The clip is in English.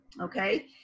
okay